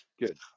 Good